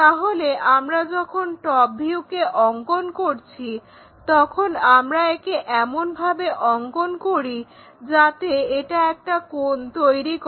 তাহলে আমরা যখন টপ ভিউকে অঙ্কন করছি তখন আমরা একে এমন ভাবে অঙ্কন করি যাতে এটা একটা কোণ তৈরি করে